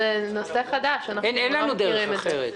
אין לנו דרך אחרת.